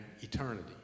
eternity